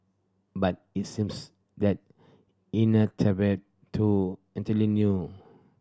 but it seems that entirely new